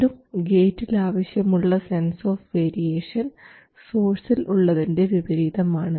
വീണ്ടും ഗേറ്റിൽ ആവശ്യമുള്ള സെൻസ് ഓഫ് വേരിയേഷൻ സോഴ്സിൽ ഉള്ളതിൻറെ വിപരീതമാണ്